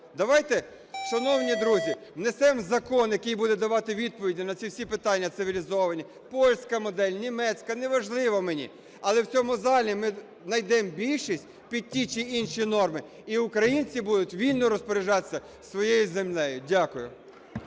Давайте, шановні друзі, внесемо закон, який буде давати відповіді на ці всі питання цивілізовано. Польська модель, німецька – неважливо мені, але в цьому залі ми найдемо більшість під ті чи інші норми, і українці будуть вільно розпоряджатися своєю землею. Дякую.